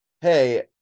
hey